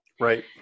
Right